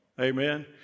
amen